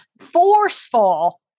forceful